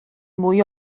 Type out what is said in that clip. mwy